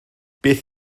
beth